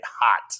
hot